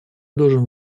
должен